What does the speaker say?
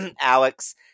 Alex